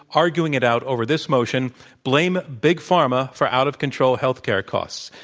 arguing it out over this motion blame big pharma for out-of-control healthcare costs.